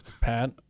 Pat